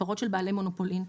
הפרות של בעלי מונופולין,